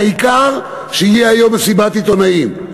העיקר שתהיה היום מסיבת עיתונאים,